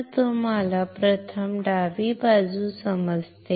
तर तुम्हाला प्रथम डावी बाजू समजते